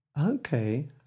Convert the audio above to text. Okay